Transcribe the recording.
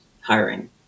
hiring